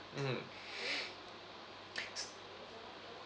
mm